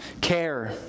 care